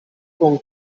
con